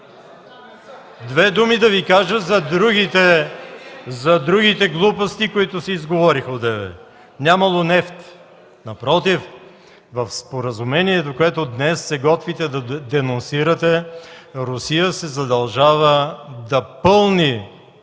две думи и за другите глупости, които се изговориха одеве. Нямало нефт – напротив, със споразумението, което днес се готвите за денонсиране, Русия се задължава да пълни